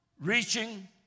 reaching